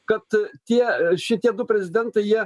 kad tie šitie du prezidentai jie